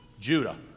Judah